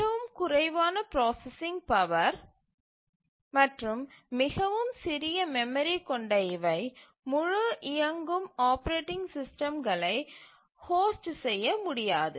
மிகவும் குறைவான processing power மற்றும் மிகவும் சிறிய மெமரி கொண்ட இவை முழு இயங்கும் ஆப்பரேட்டிங் சிஸ்டம்களை ஹோஸ்ட் செய்ய முடியாது